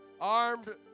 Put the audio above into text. Armed